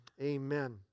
Amen